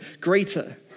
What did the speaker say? greater